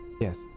Yes